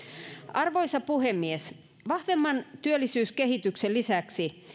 arvoisa puhemies vahvemman työllisyyskehityksen lisäksi